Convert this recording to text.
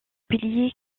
piliers